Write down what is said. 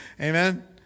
Amen